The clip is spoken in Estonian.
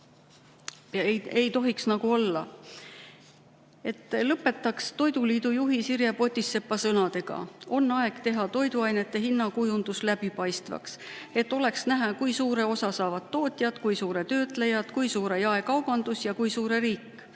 Ei tohiks nagu olla. Ma lõpetan [toiduainetööstuse] liidu juhi Sirje Potisepa sõnadega: on aeg teha toiduainete hinna kujundus läbipaistvaks, et oleks näha, kui suure osa saavad tootjad, kui suure töötlejad, kui suure osa saab jaekaubandus ja kui suure riik.